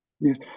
Yes